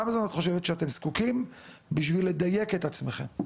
לכמה זמן את חושבת שאתם זקוקים בשביל לדייק את עצמכם?